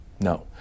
no